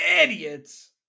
idiots